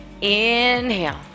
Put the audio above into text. Inhale